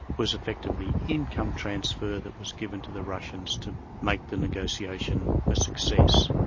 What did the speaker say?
was effectively income transfer that was given to the russians to make the negotiation a success.